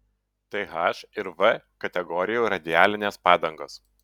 tai h ir v kategorijų radialinės padangos